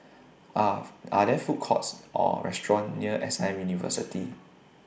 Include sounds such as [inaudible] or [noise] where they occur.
Are [noise] Are There Food Courts Or restaurants near S I University